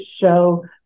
show